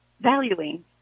valuing